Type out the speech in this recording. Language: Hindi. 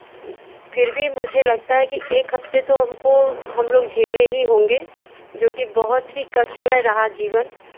फिर भी मुझे लगता है कि एक हफ्ते तो हमको हम लोग झेले ही होंगे जो कि बहुत ही कष्टमय रहा जीवन